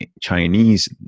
Chinese